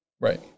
Right